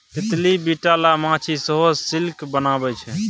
तितली, बिटल अ माछी सेहो सिल्क बनबै छै